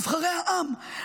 נבחרי העם,